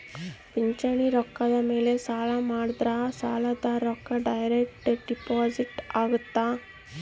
ಪಿಂಚಣಿ ರೊಕ್ಕ ಮೇಲೆ ಸಾಲ ಮಾಡಿದ್ರಾ ಸಾಲದ ರೊಕ್ಕ ಡೈರೆಕ್ಟ್ ಡೆಬಿಟ್ ಅಗುತ್ತ